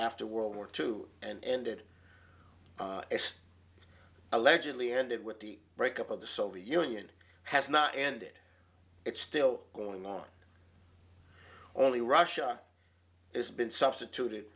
after world war two and ended allegedly ended with the breakup of the soviet union has not ended it's still going on only russia has been substituted